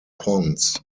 ponds